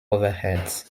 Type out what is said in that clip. overhead